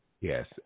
yes